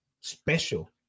special